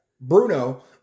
Bruno